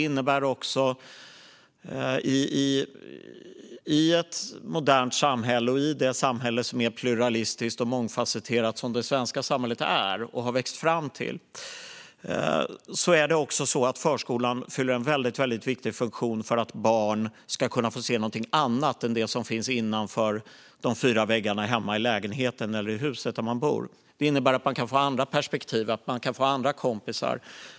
I ett modernt samhälle och i ett samhälle som är pluralistiskt och mångfasetterat, som det svenska samhället är, fyller förskolan en väldigt viktig funktion för att barn ska kunna få se någonting annat än det som finns innanför de fyra väggarna hemma i lägenheten eller i huset där de bor. Detta innebär att de kan få andra perspektiv och andra kompisar.